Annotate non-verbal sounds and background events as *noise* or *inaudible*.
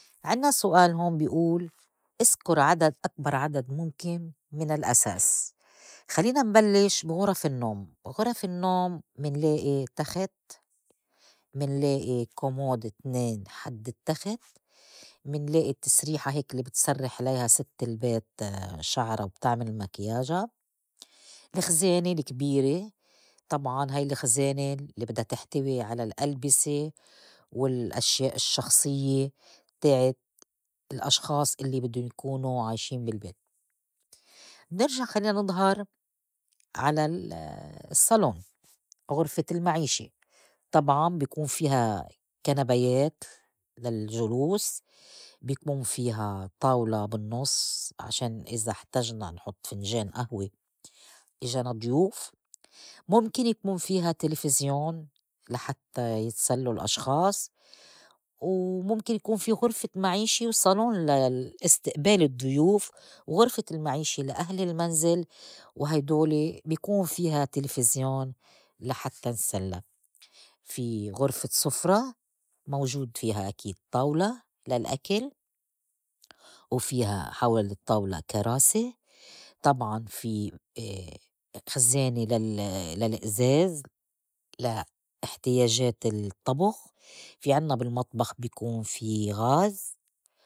عنّا السّؤال هون بيئول: أذكُر عدد أكبر عدد مُمكن من الأساس، خلّينا نبلّش بي غُرف النّوم. بي غرف النّوم منلائي تخت، منلائي كومود إتنان حد التّخت، منلائي التّسريحة هيك اللّي بتسرّح عليها ست البيت *hesitation* شعرا وبتعمل مكياجا، الخزانة الكبيرة، طبعاً هاي الخزانة اللّي بدا تحتوي على الألبسة والأشياء الشخصيّة تاعت الأشخاص اللّي بدُّن يكونوا عايشين بالبيت. منرجع خلّينا نضهر على ال- *hesitation* الصّالون غرفة المعيشة طبعاً بي كون فيها كنابيات *noise* للجلوس، بيكون فيها طاولة بالنّص عشان إذا احتجنا نحط فنجان ئهوة إجانا ضيوف، مُمكن يكون فيها تلفزيون لحتّى يتسلّوا الأشخاص، ومُمكن يكون في غرفة معيشة وصالون للأستئبال الضّيوف وغرفة المعيشة لأهل المنزل، وهيدولي بِكون فيها تلفزيون لحتّى نتسلّى، في غُرفة سفرة موجودة فيها أكيد طاولة للأكل وفيها حوال الطّاولة كراسي طبعاً في *hesitation* خزانة لل- *hesitation* للئزاز لا إحتياجات الطّبخ، في عنّا بالمطبخ بيكون في غاز.